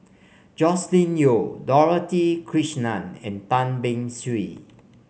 Joscelin Yeo Dorothy Krishnan and Tan Beng Swee